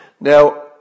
Now